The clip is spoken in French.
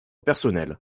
personnel